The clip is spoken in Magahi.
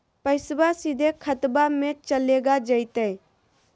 पैसाबा सीधे खतबा मे चलेगा जयते?